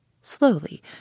Slowly